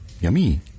Yummy